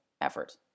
effort